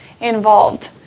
involved